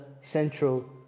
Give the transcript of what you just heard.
central